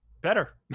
better